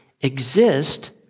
exist